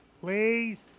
Please